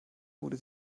wurden